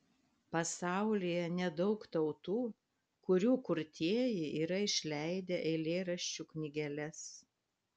pasaulyje nedaug tautų kurių kurtieji yra išleidę eilėraščių knygeles